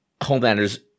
Homelander's